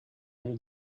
all